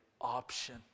option